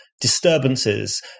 disturbances